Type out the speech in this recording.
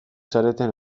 zareten